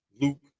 luke